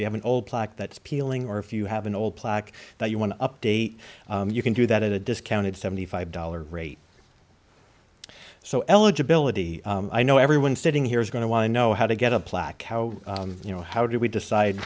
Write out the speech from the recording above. you have an old plaque that's peeling or if you have an old plaque that you want to update you can do that at a discounted seventy five dollars rate so eligibility i know everyone sitting here is going to want to know how to get a plaque how you know how do we decide